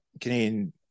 Canadian